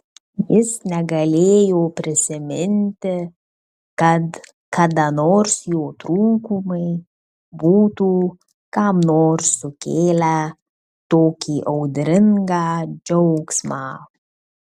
jis negalėjo prisiminti kad kada nors jo trūkumai būtų kam nors sukėlę tokį audringą džiaugsmą